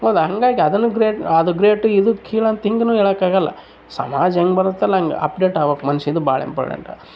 ಹೌದ ಹಂಗೆ ಆಗಿ ಅದನ್ನು ಗ್ರೇಟ್ ಅದು ಗ್ರೇಟು ಇದು ಕೀಳು ಅಂತ ಹಿಂಗು ಹೇಳೋಕ್ ಆಗೋಲ್ಲ ಸಮಾಜ ಹೆಂಗ್ ಬರುತ್ತಲ್ಲ ಹಂಗೆ ಅಪ್ಡೇಟ್ ಆಗ್ಬೇಕ್ ಮನುಷ್ಯ ಇದು ಭಾಳ ಇಂಪಾರ್ಟೆಂಟು